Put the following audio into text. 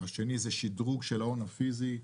השני, שדרוג של ההון הפיזי.